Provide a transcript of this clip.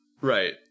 Right